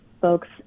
folks